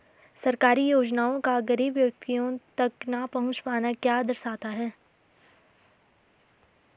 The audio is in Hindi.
सरकारी योजनाओं का गरीब व्यक्तियों तक न पहुँच पाना क्या दर्शाता है?